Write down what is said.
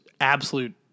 absolute